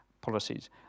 policies